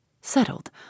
settled